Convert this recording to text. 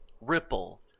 Ripple